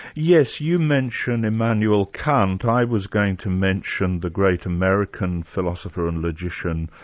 yes, you mention immanuel kant i was going to mention the great american philosopher and logician,